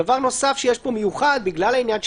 בנוסף, דבר שיש פה מיוחד, בגלל שהאישור,